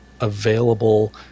available